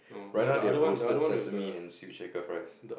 right now they have roasted sesame and seaweed shaker fries